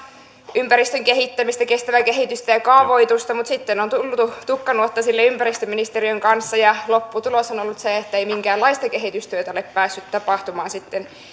ympäristön kehittämistä kestävää kehitystä ja kaavoitusta mutta sitten on tultu tukkanuottasille ympäristöministeriön kanssa ja lopputulos on ollut se ettei minkäänlaista kehitystyötä ole päässyt tapahtumaan sitten